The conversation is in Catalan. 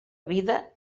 vida